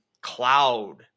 cloud